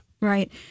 Right